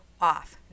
off